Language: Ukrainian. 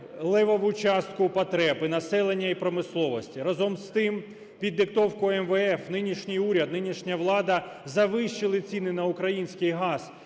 левову частку потреб і населення, і промисловості. Разом з тим, під диктовку МВФ нинішній уряд, нинішня влада завищили ціни на український газ